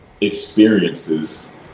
experiences